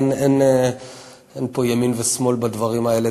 אין פה ימין ושמאל בדברים האלה.